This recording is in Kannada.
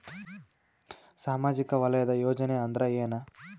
ಸಾಮಾಜಿಕ ವಲಯದ ಯೋಜನೆ ಅಂದ್ರ ಏನ?